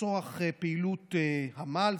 לצורך פעילות המ"ל,